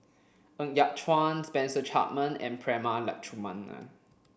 Ng Yat Chuan Spencer Chapman and Prema Letchumanan